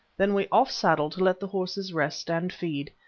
then we off-saddled to let the horses rest and feed,